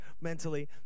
mentally